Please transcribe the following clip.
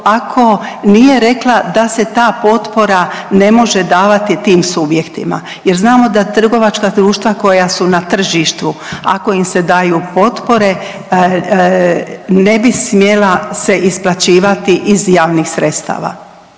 ako nije rekla da se ta potpora ne može davati tim subjektima jer znamo da trgovačka društva koja su na tržištu, ako im se daju potpore ne bi smjela se isplaćivati iz javnih sredstava.